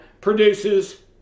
produces